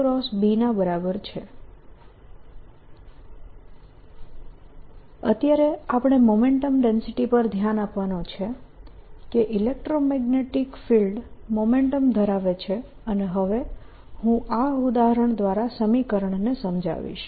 S1c10EB અત્યારે આપણે મોમેન્ટમની ડેન્સિટી પર ધ્યાન આપવાનું છે કે ઇલેક્ટ્રોમેગ્નેટીક ફિલ્ડ મોમેન્ટમ ધરાવે છે અને હવે હું આ ઉદાહરણ દ્વારા સમીકરણને સમજાવીશ